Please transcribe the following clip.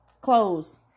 Clothes